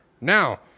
Now